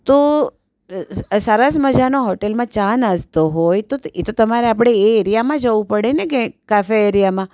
તો સરસ મજાનો હોટેલમાં ચા નાસ્તો હોય તો એ તો તમારે આપણે એ એરિયામાં જવું પડેને એ કાફે એરિયામાં